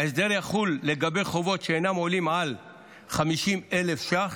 ההסדר יחול לגבי חובות שאינם עולים על 50,000 ש"ח,